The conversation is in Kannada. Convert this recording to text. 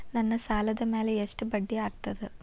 ನನ್ನ ಸಾಲದ್ ಮ್ಯಾಲೆ ಎಷ್ಟ ಬಡ್ಡಿ ಆಗ್ತದ?